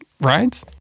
right